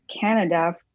Canada